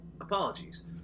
Apologies